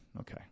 Okay